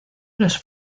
los